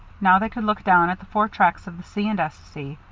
now they could look down at the four tracks of the c. and s. c,